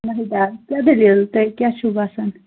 ناحیدا کیٛاہ دٔلیٖل تُہۍ کیٛاہ چھُو باسان